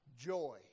joy